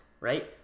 right